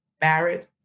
Barrett